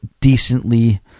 decently